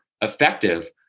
effective